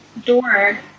door